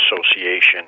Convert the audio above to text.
association